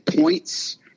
points